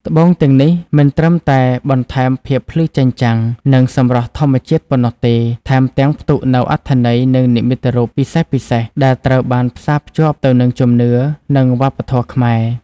ត្បូងទាំងនេះមិនត្រឹមតែបន្ថែមភាពភ្លឺចែងចាំង និងសម្រស់ធម្មជាតិប៉ុណ្ណោះទេ ថែមទាំងផ្ទុកនូវអត្ថន័យ និងនិមិត្តរូបពិសេសៗ ដែលត្រូវបានផ្សារភ្ជាប់ទៅនឹងជំនឿ និងវប្បធម៌ខ្មែរ។